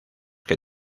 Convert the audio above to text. que